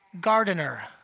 gardener